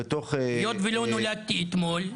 לא לא, היות ולא נולדתי אתמול,